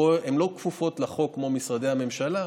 פה הן לא כפופות לחוק כמו משרדי הממשלה,